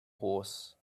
horse